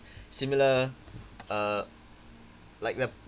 similar uh like the